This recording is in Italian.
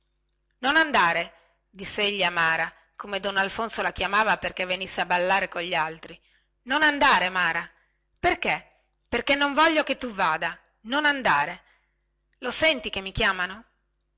non andare disse egli a mara come don alfonso la chiamava perchè venisse a ballare cogli altri non andare mara perchè non voglio che tu vada non andare lo senti che mi chiamano